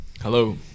Hello